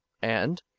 and,